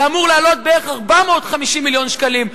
זה אמור לעלות בערך 450 מיליון שקלים.